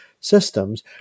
systems